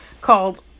called